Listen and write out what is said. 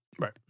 Right